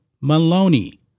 Maloney